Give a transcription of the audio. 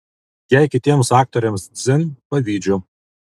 jei kitiems aktoriams dzin pavydžiu